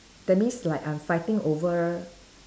that means like I'm fighting over